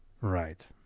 Right